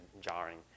jarring